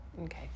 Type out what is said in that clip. Okay